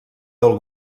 del